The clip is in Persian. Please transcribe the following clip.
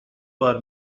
بار